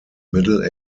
middle